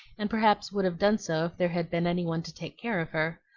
and perhaps would have done so if there had been any one to take care of her.